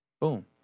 Boom